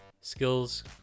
skills